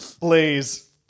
please